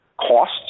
costs